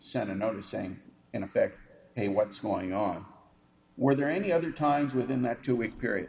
sent a note saying in effect hey what's going on were there any other times within that two week period